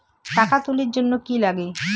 টাকা তুলির জন্যে কি লাগে?